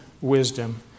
wisdom